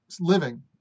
living